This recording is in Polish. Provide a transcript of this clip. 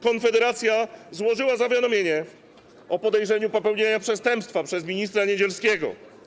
Konfederacja złożyła zawiadomienie o podejrzeniu popełnienia przestępstwa przez ministra Niedzielskiego.